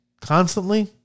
constantly